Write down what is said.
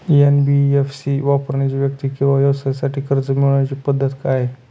NBFC वापरणाऱ्या व्यक्ती किंवा व्यवसायांसाठी कर्ज मिळविण्याची पद्धत काय आहे?